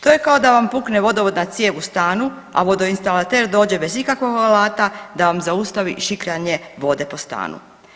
To je kao da vam pukne vodovodna cijev u stanu, a vodoinstalater dođe bez ikakvog alata da vam zaustavi šikljanje vode po stanu.